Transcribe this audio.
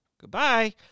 Goodbye